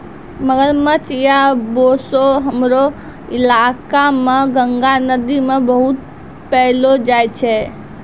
मगरमच्छ या बोचो हमरो इलाका मॅ गंगा नदी मॅ बहुत पैलो जाय छै